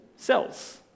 cells